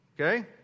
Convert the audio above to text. Okay